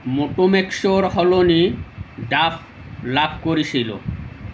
মোটো মেক্সৰ সলনি ডাভ লাভ কৰিছিলোঁ